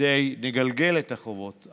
כדי לגלגל את החובות,